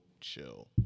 chill